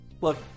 look